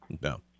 No